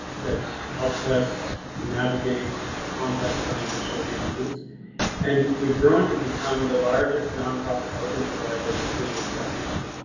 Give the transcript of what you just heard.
that helps us navigate complex financial arrangements and we've grown to become the largest nonprofit housing provider in the city of saskatoon.